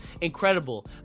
incredible